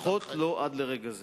לפחות לא עד לרגע זה.